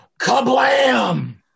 kablam